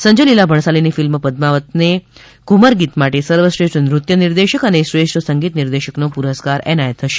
સંજય લીલા ભણસાલીની ફિલ્મ પદ્માવતને ધુમર ગીત માટે સર્વશ્રેષ્ઠ નૃત્ય નિર્દેશક અને શ્રેષ્ઠ સંગીત નિર્દેશકનો પુરસ્કાર એનાયત કરાશે